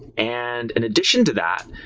and in addition to that,